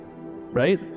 right